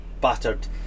battered